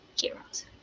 heroes